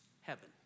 heaven